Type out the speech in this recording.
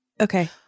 Okay